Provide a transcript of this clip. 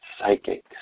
psychic